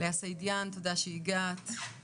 לאה סעידיאן תודה שהגעת,